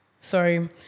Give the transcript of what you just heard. Sorry